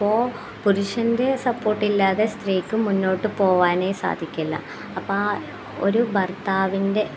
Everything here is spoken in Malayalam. അപ്പോൾ പുരുഷൻ്റെ സപ്പോർട്ടില്ലാതെ സ്ത്രീക്ക് മുന്നോട്ട് പോവാനെ സാധിക്കില്ല അപ്പം ഒരു ഭർത്താവിൻ്റെ